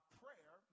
prayer